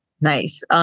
Nice